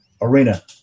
Arena